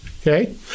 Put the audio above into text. Okay